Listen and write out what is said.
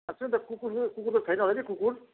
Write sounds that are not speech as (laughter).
खासमा त कुकुर (unintelligible) कुकुर त छैन होला नि कुकुर